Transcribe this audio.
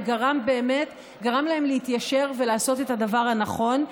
וגרם להם באמת להתיישר ולעשות את הדבר הנכון.